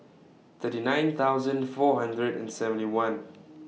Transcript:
thirty nine thousand four hundred and seventy one